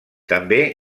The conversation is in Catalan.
també